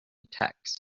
text